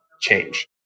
change